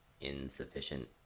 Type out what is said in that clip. Insufficient